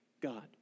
God